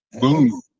Boom